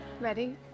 Ready